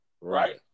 Right